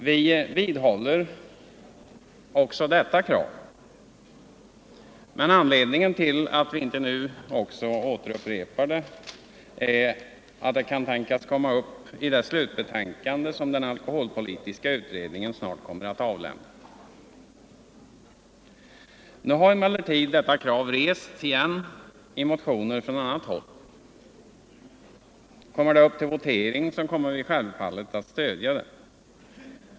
Vi vidhåller också detta krav, men anledningen till att vi inte nu också upprepar det är att det kan tänkas komma upp i det slutbetänkande som den alkoholpolitiska utredningen snart kommer att avlämna. Nu har emellertid detta krav rests igen, i motioner från annat håll. Kommer det upp till votering så kommer vi självfallet att stödja det.